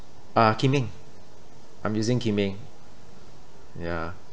uh kim eng I'm using kim eng ya